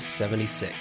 76